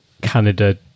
Canada